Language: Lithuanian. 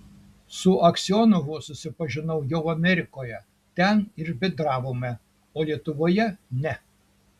su aksionovu susipažinau jau amerikoje ten ir bendravome o lietuvoje ne